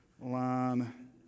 line